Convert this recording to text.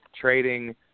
trading